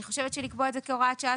אני חושבת שלקבוע את זה כהוראת שעה,